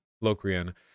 Locrian